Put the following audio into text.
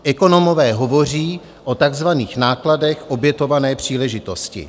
Ekonomové hovoří o takzvaných nákladech obětované příležitosti.